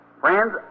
Friends